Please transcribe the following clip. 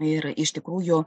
ir iš tikrųjų